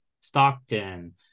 Stockton